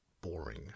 boring